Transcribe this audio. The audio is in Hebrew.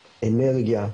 אנרגיה,